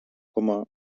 coma